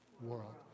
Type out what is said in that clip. world